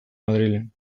madrilen